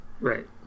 right